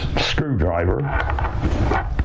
screwdriver